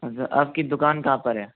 अच्छा आपकी दुकान कहाँ पर है